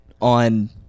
on